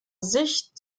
sicht